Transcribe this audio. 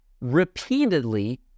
repeatedly